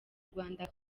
rwanda